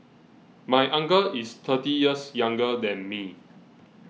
my uncle is thirty years younger than me